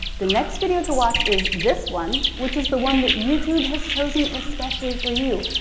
the next video to watch is this one which is the one that youtube has chosen especially for you.